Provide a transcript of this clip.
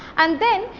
and then,